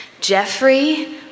Jeffrey